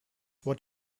what